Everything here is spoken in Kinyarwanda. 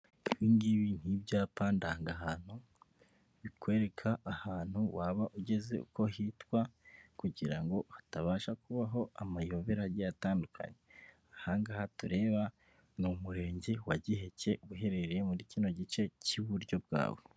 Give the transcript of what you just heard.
Ibi ngibi ni ibyapa ndangahantu bikwereka ahantu waba ugeze uko hitwa kugira ngo hatabasha kubaho amayobera agiye atandukanye aha ngaha tureba ni umurenge wa Giheke uherereye muri kino gice cy'iburyo bwawe.